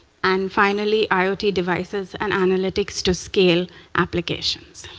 and finally, iot devices and analytics to scale applications.